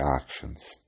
actions